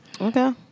Okay